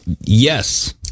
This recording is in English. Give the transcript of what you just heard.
yes